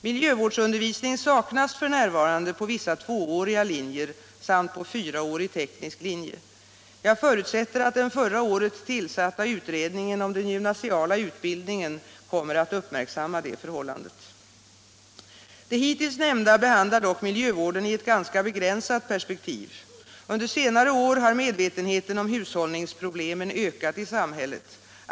Miljövårdsundervisning saknas f. n. på vissa tvååriga linjer samt på fyraårig teknisk linje. Jag förutsätter att den förra året tillsatta utredningen om den gymnasiala utbildningen kommer att uppmärksamma detta förhållande. Det hittills nämnda behandlar dock miljövården i ett ganska begränsat perspektiv. Under senare år har medvetenheten om hushållningsproblemen ökat i samhället.